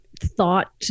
thought